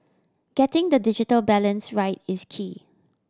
getting the digital balance right is key